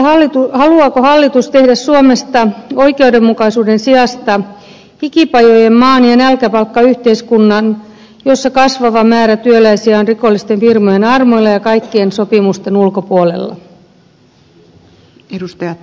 kysynkin haluaako hallitus tehdä suomesta oikeudenmukaisuuden sijasta hikipajojen maan ja nälkäpalkkayhteiskunnan jossa kasvava määrä työläisiä on rikollisten firmojen armoilla ja kaikkien sopimusten ulkopuolella